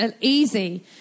easy